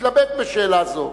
להתלבט בשאלה זו.